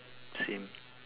same